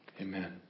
amen